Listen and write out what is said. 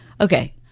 okay